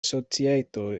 societo